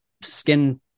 skin